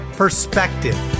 perspective